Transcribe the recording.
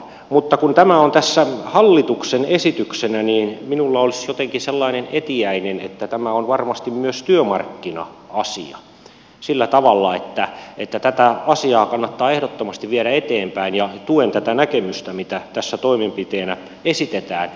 mutta kun tämä on tässä hallituksen esityksenä niin minulla olisi jotenkin sellainen etiäinen että tämä on varmasti myös työmarkkina asia sillä tavalla että tätä asiaa kannattaa ehdottomasti viedä eteenpäin ja tuen tätä näkemystä mitä tässä toimenpiteenä esitetään